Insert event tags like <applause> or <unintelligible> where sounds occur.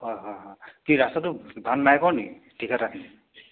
হয় হয় হয় কি ৰাস্তাটো ভাল নাই হোৱা নেকি <unintelligible>